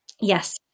Yes